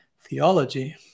theology